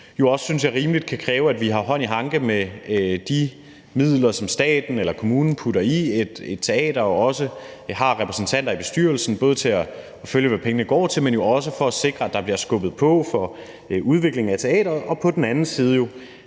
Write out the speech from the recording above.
kan kræve, at vi har hånd i hanke med de midler, som staten eller kommunen putter i et teater, og at de også har repræsentanter i bestyrelsen, både i forhold til at følge, hvad pengene går til, men også for at sikre, at der bliver skubbet på for udvikling af teatret, og på den anden side